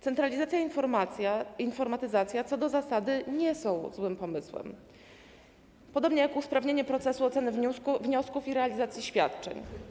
Centralizacja i informatyzacja co do zasady nie są złym pomysłem, podobnie jak usprawnienie procesu oceny wniosków i realizacji świadczeń.